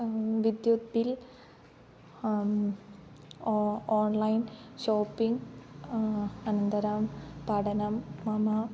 विद्युत् बिल् ओ online shopping अनन्तरं पठनं मम